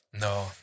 No